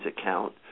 account